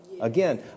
Again